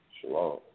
Shalom